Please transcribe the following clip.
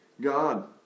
God